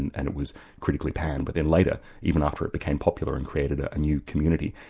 and and it was critically panned, but then later even after it became popular and created a new community,